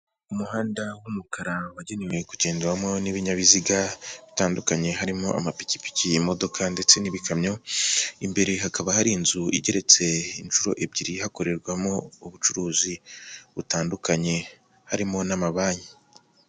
Umuhanda w'umukara wagenewe kugendwamo n'ibinyabiziga bitandukanye, harimo amapikipiki, imodoka ndetse n'ibikamyo, imbere hakaba hari inzu igeretse inshuro ebyiri hakorerwamo ubucuruzi butandukanye harimo n'amabanki.